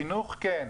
חינוך כן,